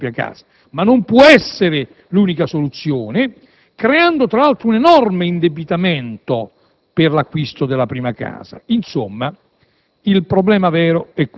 famiglie possiede la propria casa, ma non può essere l'unica soluzione, perché è la causa, tra l'altro, di enormi indebitamenti per l'acquisto della prima casa. Insomma,